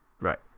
Right